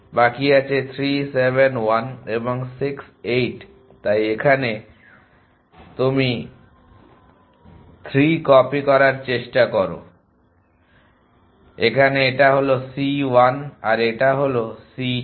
বাকি আছে 3 7 1 এবং 6 8 তাই তুমি এখানে 3 কপি করার চেষ্টা করো এখানে এটা হলো c1 আর এটা হলো c2